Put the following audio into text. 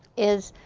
is